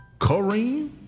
Kareem